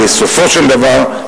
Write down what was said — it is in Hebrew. בסופו של דבר,